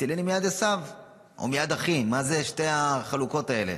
תצילני מיד עשו או מיד אחי, מה זה החלוקות האלה?